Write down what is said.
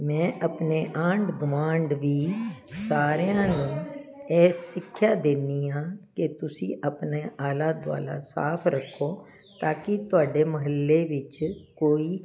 ਮੈਂ ਆਪਣੇ ਆਂਢ ਗੁਆਂਢ ਵੀ ਸਾਰਿਆਂ ਨੂੰ ਇਹ ਸਿੱਖਿਆ ਦਿੰਦੀ ਹਾਂ ਕਿ ਤੁਸੀਂ ਆਪਣਾ ਆਲਾ ਦੁਆਲਾ ਸਾਫ ਰੱਖੋ ਤਾਂ ਕਿ ਤੁਹਾਡੇ ਮੁਹੱਲੇ ਵਿੱਚ ਕੋਈ